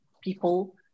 people